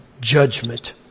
judgment